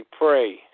pray